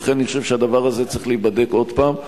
ולכן אני חושב שהדבר הזה צריך להיבדק עוד פעם.